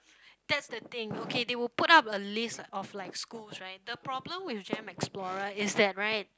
that's the thing okay they will put up a list of like schools right the problem with gem explorer is that right